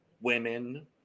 women